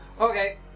Okay